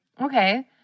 Okay